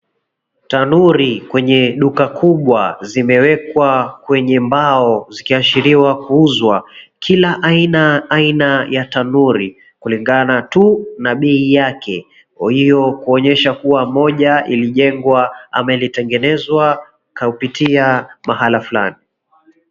Tanori kwenye duka kubwa zimewekwa kwenye mbao zikiashiriwa kuuzwa. Kila aina aina ya tanori kulingana tu na bei yake. Kwa hiyo kuonyesha kuwa moja ilijengwa ama ilitengenezwa kupitia mahala fulani.